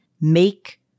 make